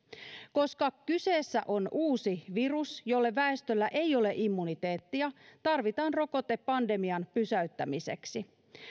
koska kyseessä on uusi virus jolle väestöllä ei ole immuniteettia tarvitaan rokote pandemian pysäyttämiseksi